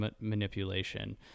manipulation